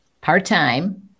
part-time